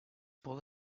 por